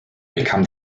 become